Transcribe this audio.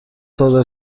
صادر